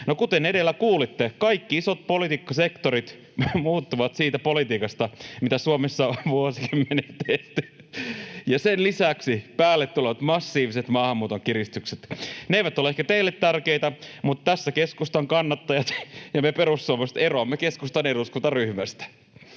kuten edellä kuulitte, kaikki isot politiikkasektorit muuttuvat siitä politiikasta, mitä Suomessa on vuosikymmenet tehty, ja sen lisäksi päälle tulevat massiiviset maahanmuuton kiristykset eivät ole ehkä teille tärkeitä, mutta tässä keskustan kannattajat ja me perussuomalaiset eroamme keskustan eduskuntaryhmästä.